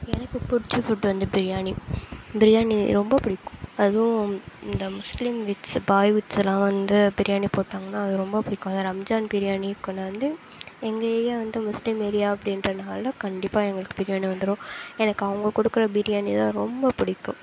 எனக்கு பிடிச்ச ஃபுட்டு வந்து பிரியாணி பிரியாணி ரொம்ப பிடிக்கும் அதுவும் இந்த முஸ்லீம் வீட்டு பாய் வீட்லலாம் வந்து பிரியாணி போட்டாங்கன்னா அது ரொம்ப பிடிக்கும்அதுவும் ரம்ஜான் பிரியாணி கொண்டுவந்து எங்கள் ஏரியா வந்து முஸ்லீம் ஏரியா அப்படின்றதனால கண்டிப்பாக எங்களுக்கு பிரியாணி வந்துடும் எனக்கு அவங்க கொடுக்குற பிரியாணிதான் ரொம்ப பிடிக்கும்